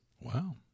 Wow